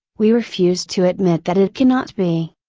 we refuse to admit that it cannot be.